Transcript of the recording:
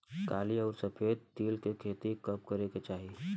काली अउर सफेद तिल के खेती कब करे के चाही?